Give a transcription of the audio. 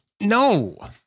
No